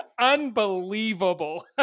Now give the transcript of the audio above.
unbelievable